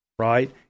right